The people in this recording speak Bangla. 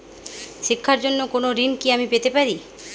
শিক্ষার জন্য কোনো ঋণ কি আমি পেতে পারি?